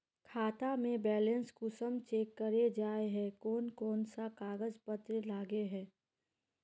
खाता में बैलेंस कुंसम चेक करे जाय है कोन कोन सा कागज पत्र लगे है?